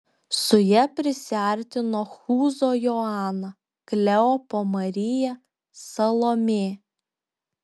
su ja prisiartino chūzo joana kleopo marija salomė